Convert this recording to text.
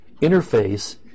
interface